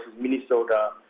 Minnesota